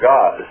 God